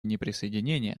неприсоединения